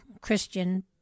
Christian